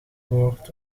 woord